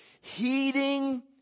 heeding